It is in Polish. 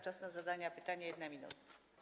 Czas na zadanie pytania - 1 minuta.